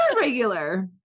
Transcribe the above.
regular